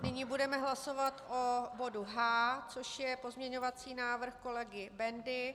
Nyní budeme hlasovat o bodu H, což je pozměňovací návrh kolegy Bendy.